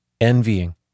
envying